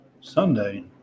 Sunday